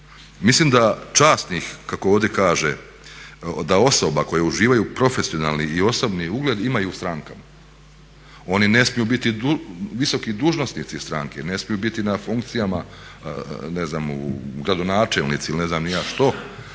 Mislim da časnih, kako ovdje kaže, da osobe koje uživaju profesionalni i osobni ugled ima i u strankama, oni ne smiju biti visoki dužnosnici stranke, ne smiju biti na funkcijama ne znam gradonačelnika, ili ne znam ni ja što,